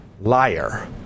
liar